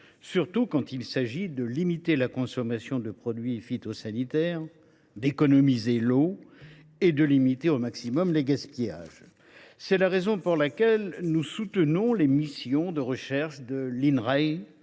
surtout quand il s’agit de limiter la consommation de produits phytosanitaires, d’économiser l’eau et de réduire au maximum les gaspillages ! C’est la raison pour laquelle nous soutenons les missions de recherche de l’Inrae,